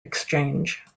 exchange